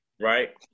right